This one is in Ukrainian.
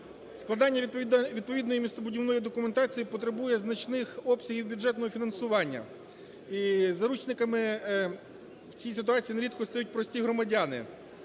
складання відповідної містобудівної документації потребує значних обсягів бюджетного фінансування. І заручниками в цій ситуації нерідко стають прості громадяни.